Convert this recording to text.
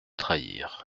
trahir